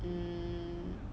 mm